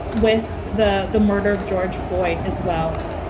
with the the murder of george floyd as well,